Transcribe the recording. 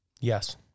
Yes